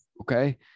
okay